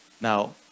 Now